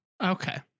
Okay